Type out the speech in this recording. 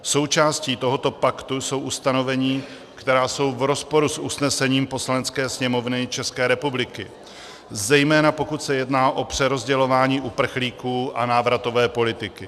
Součástí tohoto paktu jsou ustanovení, která jsou v rozporu s usnesením Poslanecké sněmovny České republiky, zejména pokud se jedná o přerozdělování uprchlíků a návratové politiky.